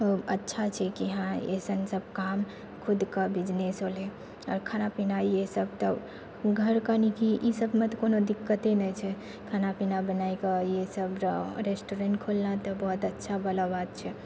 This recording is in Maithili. अच्छा छै की हँ अइसन सब काम खुदके बिजनेस होलै आओर खाना पीना ई सबतऽ घर कनी की ई सबमे तऽ कोनो दिक्कते नहि छै खाना पीना बनाकऽ ई सब रेस्टोरेन्ट खोलना तऽ बहुत अच्छावला बात छै